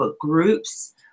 groups